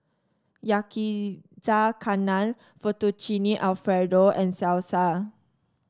Yakizakana Fettuccine Alfredo and Salsa